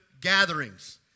gatherings